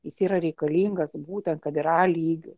jis yra reikalingas būtent kad yra a lygiu